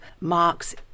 Mark's